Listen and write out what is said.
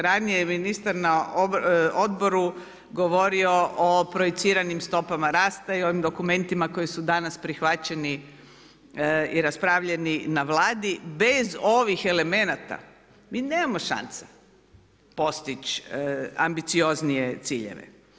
Ranije je ministar na odboru govorio o projiciranim stopama rasta i o ovim dokumentima koji su danas prihvaćeni i raspravljeni na Vladi bez ovih elemenata mi nemamo šanse postić ambicioznije ciljeve.